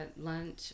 lunch